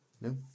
No